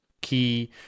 key